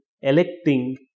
electing